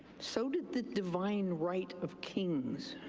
so did the divine right of kings.